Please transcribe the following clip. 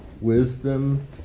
wisdom